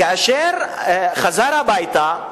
כאשר הוא חזר הביתה,